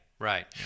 Right